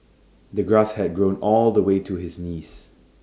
the grass had grown all the way to his knees